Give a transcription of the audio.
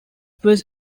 was